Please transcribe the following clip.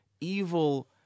evil